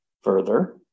Further